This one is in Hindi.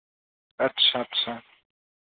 अच्छा अच्छा